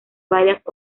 varias